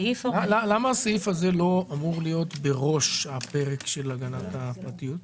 למה הסעיף הזה לא אמור להיות בראש הפרק של הגנת הפרטיות?